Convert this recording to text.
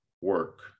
work